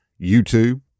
YouTube